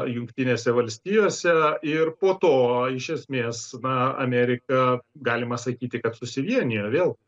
jungtinėse valstijose ir po to iš esmės na amerika galima sakyti kad susivienija vėl